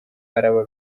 araba